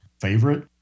Favorite